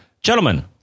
gentlemen